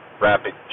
rapid